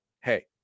hey